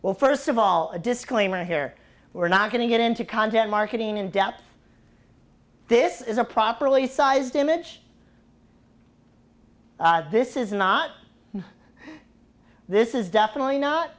well first of all a disclaimer here we're not going to get into content marketing in depth this is a properly sized image this is not this is definitely not